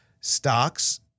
stocks